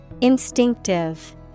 Instinctive